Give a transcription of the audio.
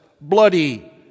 bloody